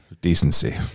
decency